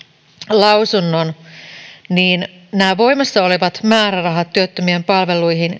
lausunnon niin nämä voimassa olevat määrärahat työttömien palveluihin